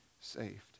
saved